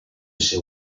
ese